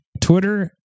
Twitter